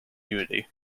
unity